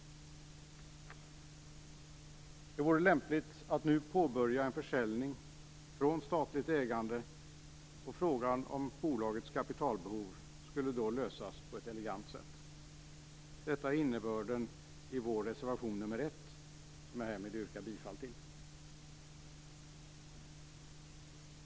Det vore lämpligt att nu påbörja en försäljning av det statligt ägda. Frågan om bolagets kapitalbehov skulle då lösas på ett elegant sätt. Detta är innebörden i vår reservation 1, som jag härmed yrkar bifall till.